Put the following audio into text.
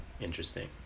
interesting